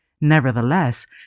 Nevertheless